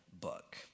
book